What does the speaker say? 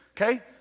okay